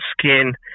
skin